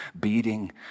beating